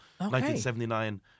1979